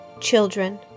Children